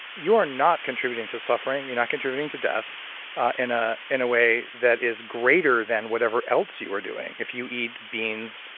you are not contributing to suffering. you're not contributing to death in ah in a way that is greater than whatever else you are doing, if you eat beans,